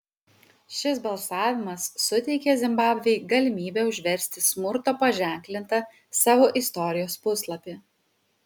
šis balsavimas suteikė zimbabvei galimybę užversti smurto paženklintą savo istorijos puslapį